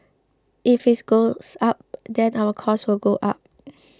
if it goes up then our cost will go up